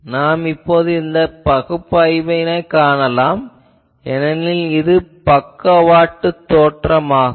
நாம் இப்போது பகுப்பாய்வைக் காணலாம் ஏனெனில் இது பக்கவாட்டுத் தோற்றம் ஆகும்